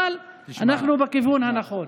אבל אנחנו בכיוון הנכון.